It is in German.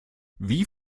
wie